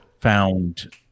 found